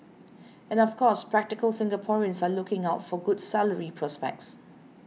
and of course practical Singaporeans are looking out for good salary prospects